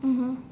mmhmm